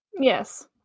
yes